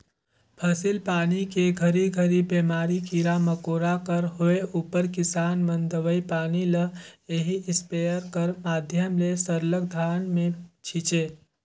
फसिल पानी मे घरी घरी बेमारी, कीरा मकोरा कर होए उपर किसान मन दवई पानी ल एही इस्पेयर कर माध्यम ले सरलग धान मे छीचे